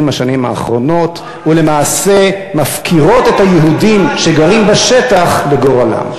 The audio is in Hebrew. השנים האחרונות ולמעשה מפקירים את היהודים שגרים בשטח לגורלם.